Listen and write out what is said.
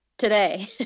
today